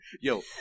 Yo